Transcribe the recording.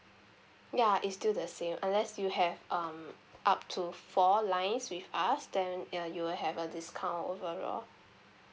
ya is still the same unless you have um up to four lines with us then uh you will have a discount overall